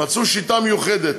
מצאו שיטה מיוחדת.